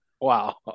Wow